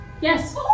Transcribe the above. Yes